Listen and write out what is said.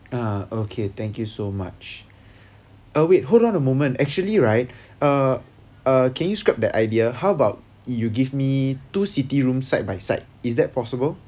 ah okay thank you so much uh wait hold on a moment actually right uh uh can you scrap the idea how about you give me two city rooms side by side is that possible